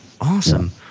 Awesome